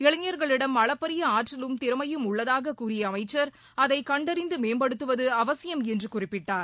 இளைஞர்களிடம் அளப்பரிய ஆற்றலும் திறமையும் உள்ளதாக கூறிய அமைச்சர் அதை கண்டறிந்து மேம்படுத்துவது அவசியம் என்று குறிப்பிட்டார்